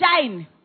shine